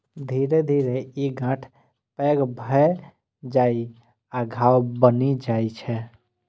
धीरे धीरे ई गांठ पैघ भए जाइ आ घाव बनि जाइ छै